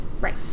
Right